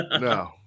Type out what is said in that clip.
no